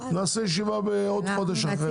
נעשה ישיבה חודש אחרי.